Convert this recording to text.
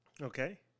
okay